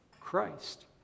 Christ